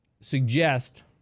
suggest